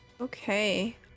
Okay